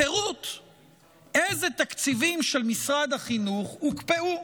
אילו תקציבים של משרד החינוך הוקפאו.